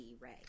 Ray